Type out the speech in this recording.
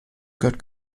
gehört